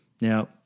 Now